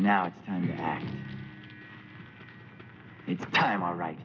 now it's time all right